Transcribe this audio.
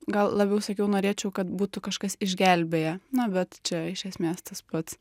gal labiau sakiau norėčiau kad būtų kažkas išgelbėję na bet čia iš esmės tas pats